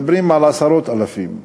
מדברים על עשרות אלפים,